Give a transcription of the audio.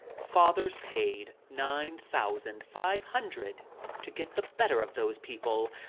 father's paid nine thousand five hundred to get the better of those people,